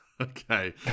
Okay